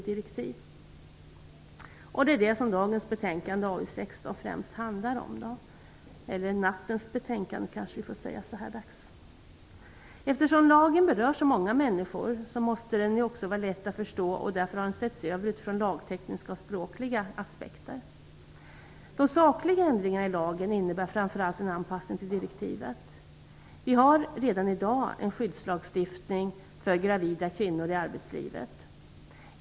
Det är det som dagens betänkande, eller nattens kanske vi får säga så här dags, AU16, främst handlar om. Eftersom lagen berör så många människor måste den också vara lätt att förstå. Därför har den setts över utifrån lagtekniska och språkliga aspekter. De sakliga ändringarna i lagen innebär framför allt en anpassning till direktivet. Vi har redan i dag en skyddslagstiftning för gravida kvinnor i arbetslivet.